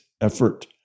effort